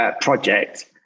project